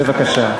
בבקשה.